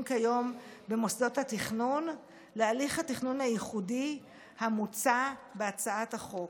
כיום במוסדות התכנון להליך התכנון הייחודי המוצע בהצעת החוק.